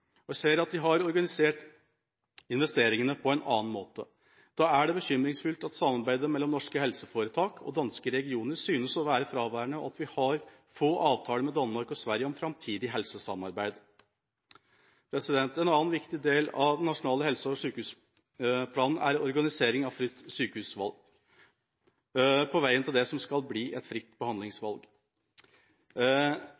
og jeg ser at de har organisert investeringene på en annen måte. Da er det bekymringsfullt at samarbeidet mellom norske helseforetak og danske regioner synes å være fraværende, og at vi har få avtaler med Danmark og Sverige om framtidig helsesamarbeid. En annen viktig del av den nasjonale helse- og sykehusplanen er organiseringen av fritt sykehusvalg – på veien til det som skal bli et fritt